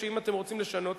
אם אתם רוצים לשנות,